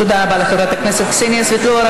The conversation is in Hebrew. תודה רבה לחברת הכנסת קסניה סבטלובה.